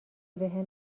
بهم